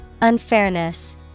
Unfairness